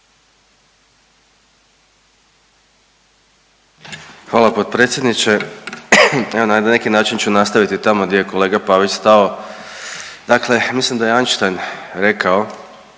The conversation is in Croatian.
Hvala potpredsjedniče. Evo na neki način ću nastaviti tamo gdje je kolega Pavić stao. Dakle, mislim da je Einstein rekao